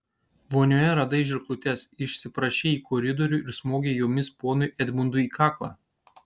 vonioje radai žirklutes išsiprašei į koridorių ir smogei jomis ponui edmundui į kaklą